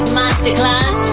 masterclass